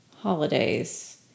holidays